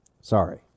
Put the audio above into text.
sorry